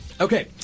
Okay